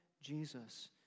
Jesus